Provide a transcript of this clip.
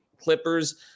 Clippers